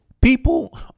people